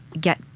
get